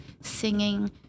singing